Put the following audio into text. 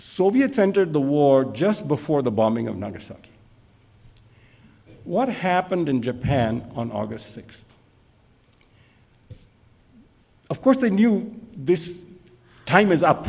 soviets entered the war just before the bombing of nine or so what happened in japan on august sixth of course they knew this time is up